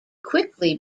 quickly